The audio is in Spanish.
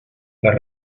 las